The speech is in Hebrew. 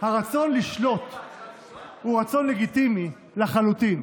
הרצון לשלוט הוא רצון לגיטימי לחלוטין,